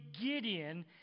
Gideon